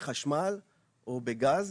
זה קורה בחשמל או בגז,